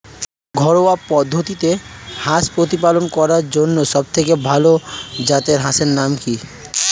ঘরোয়া পদ্ধতিতে হাঁস প্রতিপালন করার জন্য সবথেকে ভাল জাতের হাঁসের নাম কি?